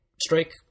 Strike